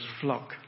flock